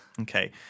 Okay